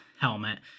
helmet